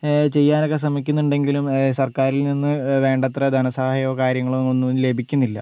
ചെയ്യാനോക്കെ ശ്രമിക്കുന്നുണ്ടെങ്കിലും സർക്കാരിൽ നിന്ന് വേണ്ടത്ര ധന സഹായോ കാര്യങ്ങളൊന്നും ലഭിക്കുന്നില്ല